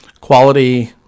quality